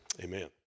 Amen